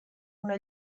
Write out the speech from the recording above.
una